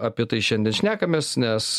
apie tai šiandien šnekamės nes